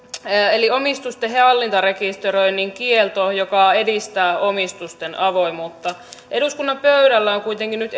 eli omistusten hallintarekisteröinnin kielto joka edistää omistusten avoimuutta eduskunnan pöydällä on kuitenkin nyt